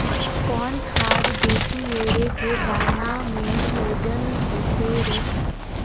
कौन खाद देथियेरे जे दाना में ओजन होते रेह?